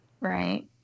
Right